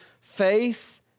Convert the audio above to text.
faith